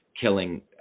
killing